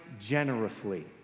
generously